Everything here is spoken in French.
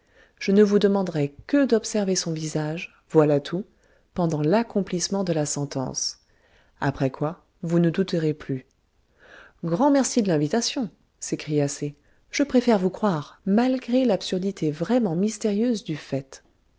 je ne vous demanderai que d'observer son visage voilà tout pendant l'accomplissement de la sentence après quoi vous ne douterez plus grand merci de l'invitation s'écria c je préfère vous croire malgré l'absurdité vraiment mystérieuse du fait